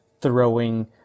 throwing